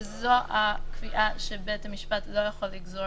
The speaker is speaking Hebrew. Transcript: שזו הקביעה שבית המשפט לא יכול לגזור